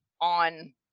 on